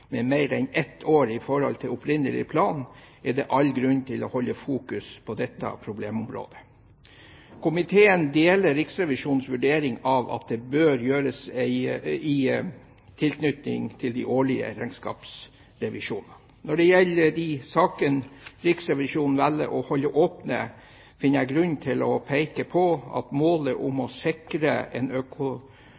med mer enn ett år i forhold til opprinnelig plan, er det all grunn til å holde fokus på dette problemområdet. Komiteen deler Riksrevisjonens vurdering av at dette bør gjøres i tilknytning til den årlige regnskapsrevisjonen. Når det gjelder de sakene Riksrevisjonen velger å holde åpne, finner jeg grunn til å peke på at målet om å